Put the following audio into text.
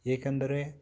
ಏಕೆಂದರೆ